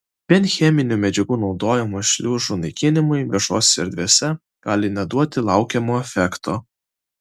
vien cheminių medžiagų naudojimas šliužų naikinimui viešosiose erdvėse gali neduoti laukiamo efekto